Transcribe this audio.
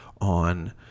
on